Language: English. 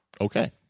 okay